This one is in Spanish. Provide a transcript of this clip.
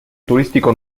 turístico